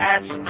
Ask